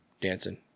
dancing